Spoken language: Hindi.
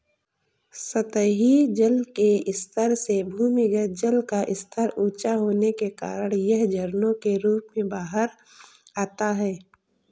सतही जल के स्तर से भूमिगत जल का स्तर ऊँचा होने के कारण यह झरनों के रूप में बाहर आता है